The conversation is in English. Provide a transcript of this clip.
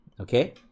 Okay